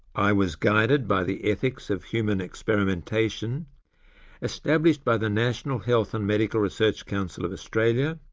i was guided by the ethics of human experimentation established by the national health and medical research council of australia,